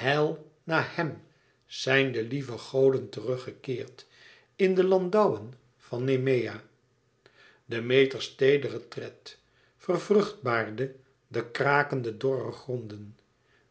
heil na hem zijn de lieve goden terug gekeerd in de landouwen van nemea demeters teedere tred vervruchtbaarde de krakende dorre gronden